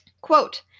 Quote